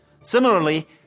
Similarly